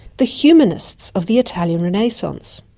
the humanists of the italian renaissance.